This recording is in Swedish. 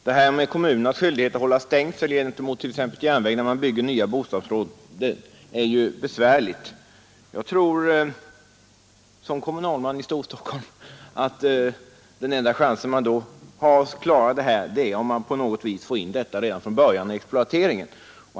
Herr talman! Frågan om kommunernas skyldighet att hålla stängsel mot järnvägen när man bygger nya bostadsområden är besvärlig. Som kommunalman i Storstockholm tror jag att den enda chansen att klara detta är att få in det redan från början vid exploateringen.